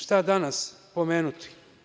Šta danas pomenuti?